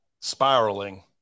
Spiraling